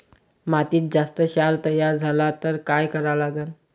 मातीत जास्त क्षार तयार झाला तर काय करा लागन?